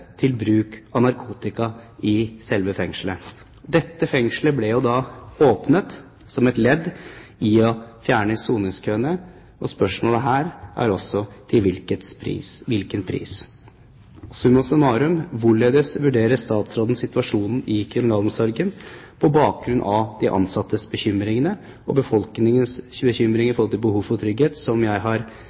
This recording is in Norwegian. til bruk av narkotika i selve fengselet. Dette fengselet ble åpnet som et ledd i å fjerne soningskøene og – spørsmålet her – til hvilken pris? Summa summarum: Hvorledes vurderer statsråden situasjonen i kriminalomsorgen, på bakgrunn av de ansattes og befolkningens bekymringer når det gjelder behovet for trygghet – som jeg her har